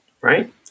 right